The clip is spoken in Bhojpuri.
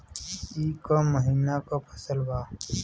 ई क महिना क फसल बा?